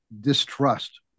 distrust